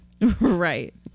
Right